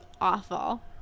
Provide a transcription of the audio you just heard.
awful